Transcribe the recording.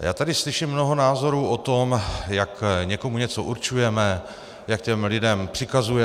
Já tady slyším mnoho názorů o tom, jak někomu něco určujeme, jak těm lidem přikazujeme.